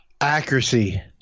Accuracy